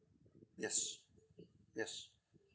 yes yes